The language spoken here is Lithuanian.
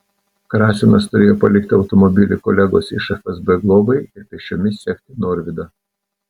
krasinas turėjo palikti automobilį kolegos iš fsb globai ir pėsčiomis sekti norvydą